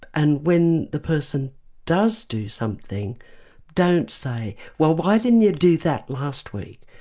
and when the person does do something don't say well why didn't you do that last week?